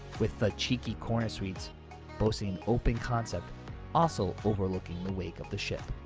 with the cheeky corner suites boasting open concepts also overlooking the wake of the ship.